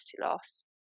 loss